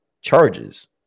charges